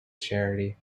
charity